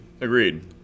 Agreed